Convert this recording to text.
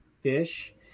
fish